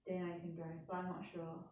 then I can drive but I'm not sure